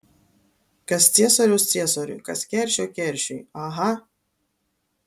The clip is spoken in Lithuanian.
kas ciesoriaus ciesoriui kas keršio keršiui aha